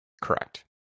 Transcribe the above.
Correct